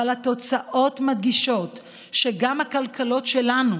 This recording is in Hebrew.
אבל התוצאות מדגישות שגם הכלכלות שלנו,